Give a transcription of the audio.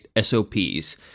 SOPs